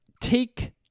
take